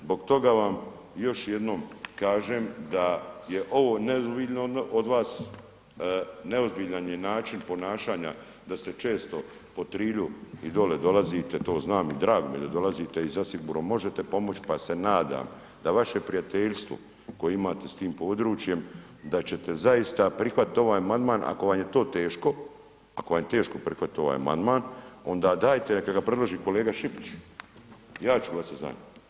Zbog toga vam još jednom kažem, da je ovo neozbiljno od vas, neozbiljan je način ponašanja da ste često po Trilju i dole dolazite to znam i drago mi je da dolazite i zasigurno možete pomoći pa se nadam da vaše prijateljstvo koje imate s tim područjem da ćete zaista prihvatit ovaj amandman, ako vam je to teško, ako vam je teško prihvatiti ovaj amandman onda dajte neka ga predloži kolega Šipić, ja ću glasat za nj.